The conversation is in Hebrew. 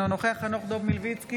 אינו נוכח חנוך דב מלביצקי,